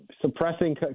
suppressing